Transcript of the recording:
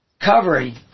covering